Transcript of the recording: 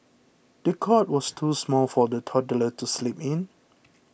the cot was too small for the toddler to sleep in